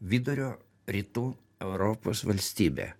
vidurio rytų europos valstybė